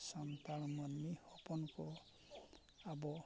ᱥᱟᱱᱛᱟᱲ ᱢᱟᱹᱱᱢᱤ ᱦᱚᱯᱚᱱ ᱠᱚ ᱟᱵᱚ